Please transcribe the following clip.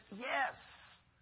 Yes